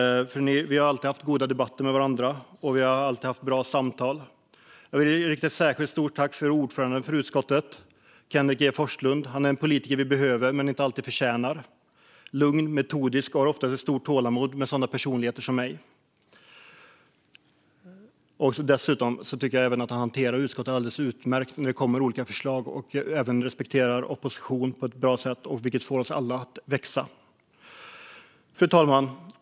Vi har alltid haft goda debatter med varandra, och vi har alltid haft bra samtal. Jag vill rikta ett särskilt stort tack till ordföranden för utskottet. Kenneth G Forslund är en politiker vi behöver men inte alltid förtjänar. Han är lugn och metodisk och har oftast ett stort tålamod med sådana personligheter som jag. Jag tycker dessutom att han hanterar utskottet alldeles utmärkt när det kommer olika förslag. Han respekterar även oppositionen på ett bra sätt, vilket får oss alla att växa. Fru talman!